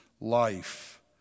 life